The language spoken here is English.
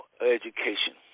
education